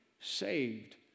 saved